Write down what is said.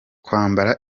kwambara